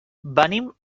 venim